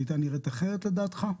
הייתה נראית אחרת לדעתך?